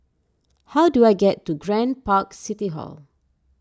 how do I get to Grand Park City Hall